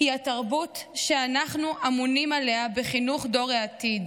היא התרבות שאנחנו אמונים עליה בחינוך דור העתיד,